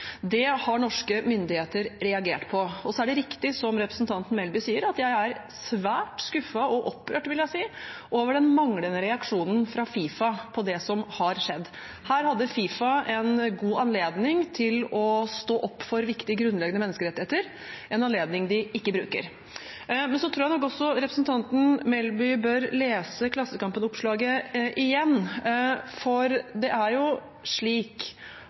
Det har norske myndigheter reagert på. Så er det riktig, som representanten Melby sier, at jeg er svært skuffet og opprørt, vil jeg si, over den manglende reaksjonen fra FIFA på det som har skjedd. Her hadde FIFA en god anledning til å stå opp for viktige, grunnleggende menneskerettigheter – en anledning de ikke bruker. Men jeg tror nok også at representanten Melby bør lese Klassekampen-oppslaget igjen. Jeg har svart at nei, det er